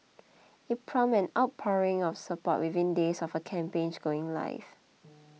it prompted an outpouring of support within days of her campaign going live